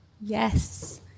Yes